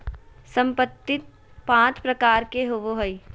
संपत्ति पांच प्रकार के होबो हइ